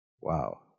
Wow